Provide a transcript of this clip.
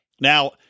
Now